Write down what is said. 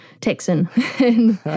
Texan